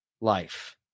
life